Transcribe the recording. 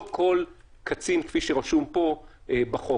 לא כל קצין כפי שרשום פה בחוק.